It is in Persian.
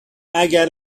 اگر